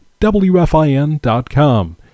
WFIN.com